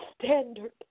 standard